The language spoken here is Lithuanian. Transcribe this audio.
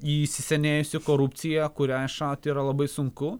įsisenėjusi korupcija kurią išrauti yra labai sunku